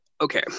Okay